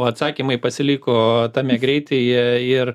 o atsakymai pasiliko tame greityje ir